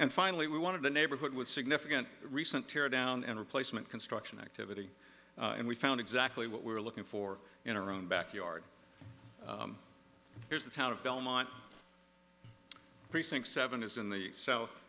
and finally we wanted the neighborhood with significant recent tear down and replacement construction activity and we found exactly what we're looking for in our own backyard here's the town of belmont precinct seven is in the south